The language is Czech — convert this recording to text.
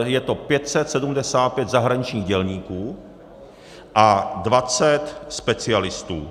Je to 575 zahraničních dělníků a 20 specialistů.